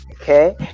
Okay